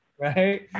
right